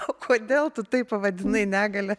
o kodėl tu tai pavadinai negalia